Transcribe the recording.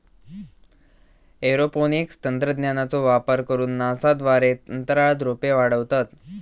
aeroponics तंत्रज्ञानाचो वापर करून नासा द्वारे अंतराळात रोपे वाढवतत